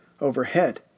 overhead